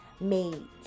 made